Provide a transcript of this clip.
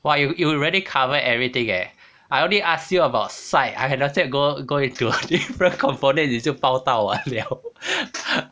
!wah! you you really cover everything eh I only ask you about sight I have not yet go go into different component 你就包到完 liao